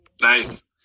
Nice